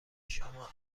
شما